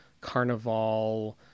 carnival